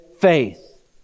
faith